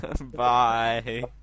Bye